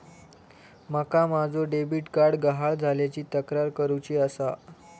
माका माझो debit card गहाळ झाल्याची तक्रार करुची आसा